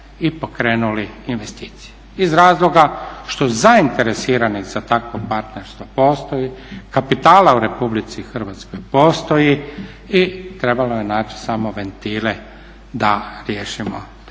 i pokrenuli investicije. Iz razloga što zainteresiranih za takvo partnerstvo postoji, kapitala u Republici Hrvatskoj postoji i trebalo je naći samo ventile da riješimo te